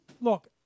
look